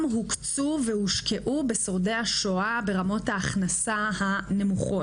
הוקצו והושקעו בשורדי השואה ברמות ההכנסה הנמוכות,